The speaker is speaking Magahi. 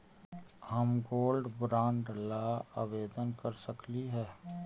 हम गोल्ड बॉन्ड ला आवेदन कर सकली हे?